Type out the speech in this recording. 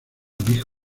big